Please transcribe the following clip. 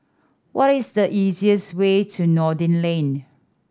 what is the easiest way to Noordin Lane